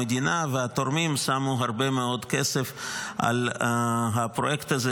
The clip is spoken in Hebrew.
המדינה והתורמים שמו הרבה מאוד כסף על הפרויקט הזה,